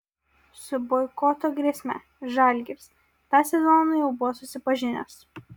su boikoto grėsme žalgiris tą sezoną jau buvo susipažinęs